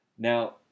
Now